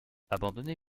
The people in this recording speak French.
abandonné